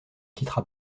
quittera